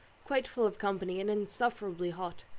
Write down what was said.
quite full of company, and insufferably hot.